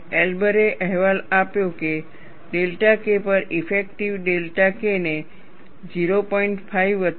એલ્બરે અહેવાલ આપ્યો કે ડેલ્ટા K પર ઇફેક્ટિવ ડેલ્ટા K ને 0